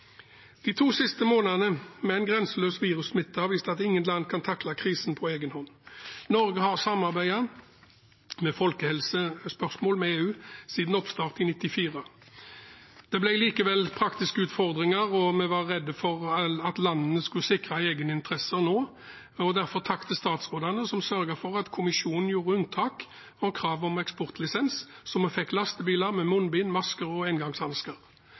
De to siste månedene med en grenseløs virussmitte har vist at ingen land kan takle krisen på egen hånd. Norge har samarbeidet om folkehelsespørsmål med EU siden oppstart i 1994. Det ble likevel praktiske utfordringer, og vi var redde for at landene skulle sikre egeninteresser. Derfor sier jeg takk til statsrådene som sørget for at kommisjonen gjorde unntak for krav om eksportlisens, slik at vi fikk lastebiler med munnbind, masker og engangshansker.